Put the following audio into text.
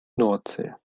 nordsee